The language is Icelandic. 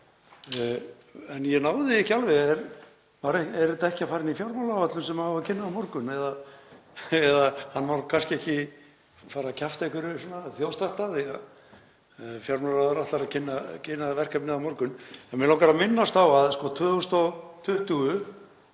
En ég náði því ekki alveg, á þetta ekki að fara inn í fjármálaáætlun sem á að kynna á morgun? Hann má kannski ekki fara að kjafta einhverju eða þjófstarta af því að fjármálaráðherra ætlar að kynna verkefnið á morgun. En mig langar að minnast á að 2020